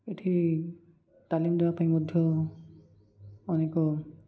ଏଠି ତାଲିମ ଦେବା ପାଇଁ ମଧ୍ୟ ଅନେକ